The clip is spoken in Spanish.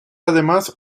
además